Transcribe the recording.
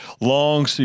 long